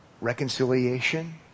reconciliation